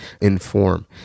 inform